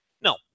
No